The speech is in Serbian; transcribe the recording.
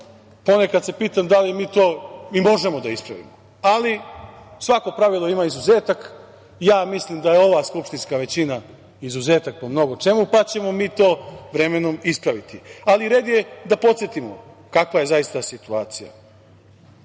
ponekad pitam da li mi to možemo da ispravimo, ali svako pravilo ima izuzetak. Ja mislim da je ova skupštinska većina izuzetak po mnogo čemu, pa ćemo mi to vremenom ispraviti, ali red je da podsetimo kakva je zaista situacija. Druga